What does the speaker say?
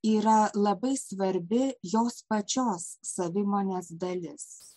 yra labai svarbi jos pačios savimonės dalis